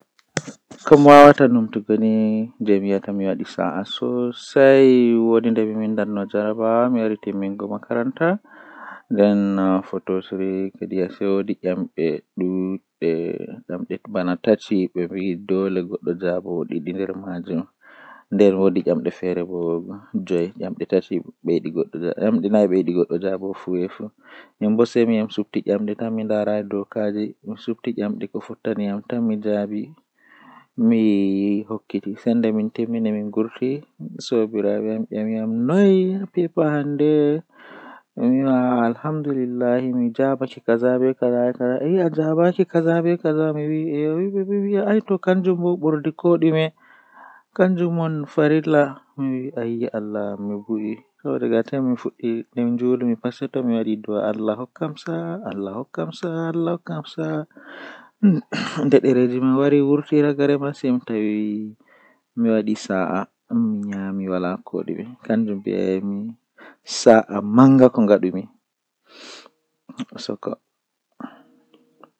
Ko njogorde ɗi faamini no woodi, ko ngam a faamataa ɗee njikataaɗe konngol maa. A waawi waɗde heɓre nde njogitde e njarɗe ɗi njikataaɗe. Kono waɗal ngal jooni faamataa ko waɗata e simulaasii maa, ngam ɗum no heɓiraa ɗe njikataaɗo ɗum, waɗataa ko a waɗa naatude e njipirde dow hakkunde konngol maa e njogorde ɗi.